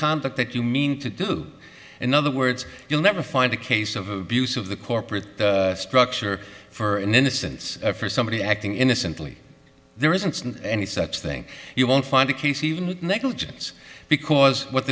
conduct that you mean to do in other words you'll never find a case of abuse of the corporate structure for an innocence or for somebody acting innocently there isn't any such thing you won't find a case even negligence because what